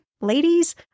ladies